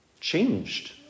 changed